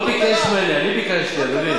הוא לא ביקש ממני, אני ביקשתי.